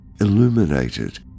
illuminated